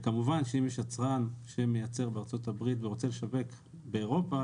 כמובן שאם יש יצרן שמייצר בארצות-הברית ורוצה לשווק באירופה,